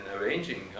arranging